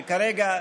שכרגע,